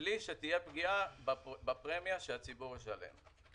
מבלי שתהיה פגיעה בפרמיה שהציבור ישלם.